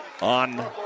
on